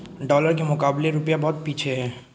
dollar के मुकाबले रूपया बहुत पीछे है